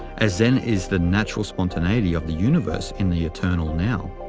as zen is the natural spontaneity of the universe in the eternal now.